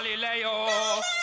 Galileo